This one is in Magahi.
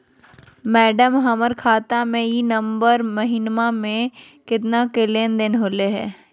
मैडम, हमर खाता में ई नवंबर महीनमा में केतना के लेन देन होले है